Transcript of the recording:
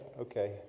Okay